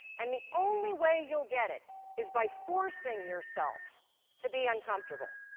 and the only way you'll get it is by forcing yourself to be uncomfortable.